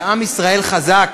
ועם ישראל חזק.